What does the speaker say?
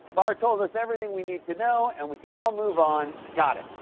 barr told us everything we need to know, and we can all move on. got it.